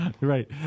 Right